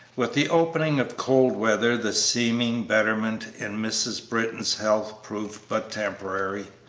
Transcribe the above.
with the opening of cold weather the seeming betterment in mrs. britton's health proved but temporary.